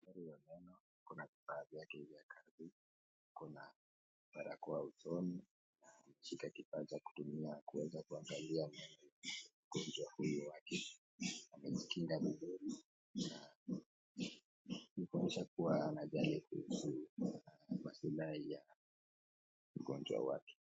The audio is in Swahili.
Daktari wa meno ana vifa yake ya kazi, kuna barakoa usoni na ameshika kifaa cha kutumia kuweza kuangalia mwili wa huyu mgonjwa wake. Amejikinga vizuri na inaonyesha kuwa anajali maslahi ya mgonjwa wake.